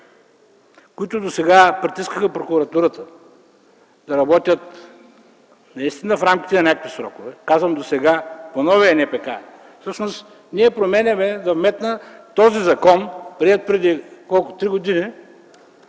които досега притискаха прокуратурата да работи наистина в рамките на някакви срокове. Казвам – досега – по новия НПК. Ние променяме този закон, приет преди три години,